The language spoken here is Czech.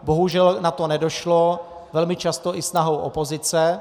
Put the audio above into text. Bohužel na to nedošlo, velmi často i snahou opozice.